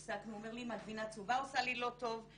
הוא אומר לי, אימא, הגבינה הצהובה עושה לי לא טוב.